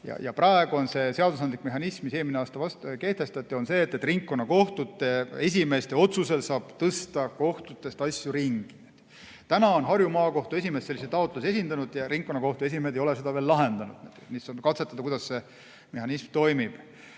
Ja praegu on seadusandlik mehhanism, mis eelmine aasta kehtestati, selline, et ringkonnakohtute esimeeste otsusel saab kohtutest asju ringi tõsta. Täna on Harju Maakohtu esimees sellise taotluse esitanud, aga ringkonnakohtute esimehed ei ole seda veel lahendanud. Tahaks lihtsalt katsetada, kuidas see mehhanism toimib.